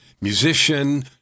musician